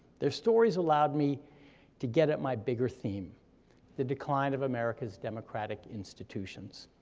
their stories allowed me to get at my bigger theme the decline of america's democratic institutions.